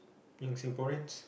in Singaporeans